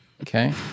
Okay